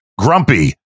Grumpy